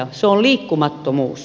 se on liikkumattomuus